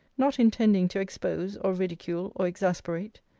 not intending to expose, or ridicule, or exasperate.